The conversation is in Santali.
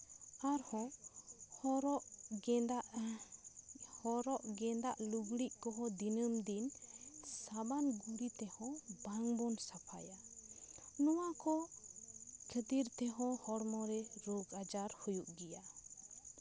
ᱟᱨᱦᱚᱸ ᱦᱚᱨᱚᱜ ᱜᱮᱸᱫᱟᱜ ᱦᱚᱨᱚᱜ ᱜᱮᱸᱫᱟᱜ ᱞᱩᱜᱽᱲᱤᱡ ᱠᱚᱦᱚᱸ ᱫᱤᱱᱟᱹᱢ ᱫᱤᱱ ᱥᱟᱵᱟᱱ ᱜᱩᱲᱤᱛᱮ ᱛᱮᱦᱚᱸ ᱵᱟᱝᱵᱚᱱ ᱥᱟᱯᱷᱟᱭᱟ ᱱᱚᱣᱟ ᱠᱚ ᱠᱷᱟᱹᱛᱤᱨ ᱛᱮᱦᱚᱸ ᱦᱚᱲᱢᱚᱨᱮ ᱨᱳᱜᱽ ᱟᱡᱟᱨ ᱦᱩᱭᱩᱜ ᱜᱮᱭᱟ